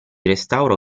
restauro